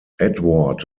edward